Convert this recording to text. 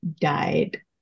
died